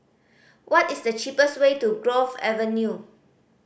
what is the cheapest way to Grove Avenue